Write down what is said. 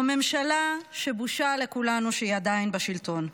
זו ממשלה שבושה לכולנו שהיא עדיין בשלטון.